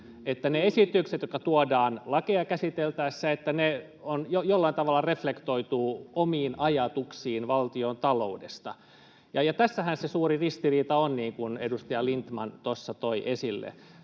että ne esitykset, jotka tuodaan lakeja käsiteltäessä, jollain tavalla reflektoituvat omiin ajatuksiin valtiontaloudesta. Ja tässähän se suuri ristiriita on, niin kuin edustaja Lindtman tuossa toi esille: